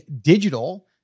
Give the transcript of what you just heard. digital